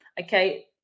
okay